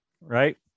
Right